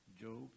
Job